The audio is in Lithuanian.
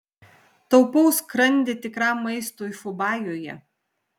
taupau skrandį tikram maistui fubajuje